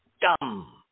dumb